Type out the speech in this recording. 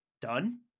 done